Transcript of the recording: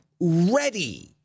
ready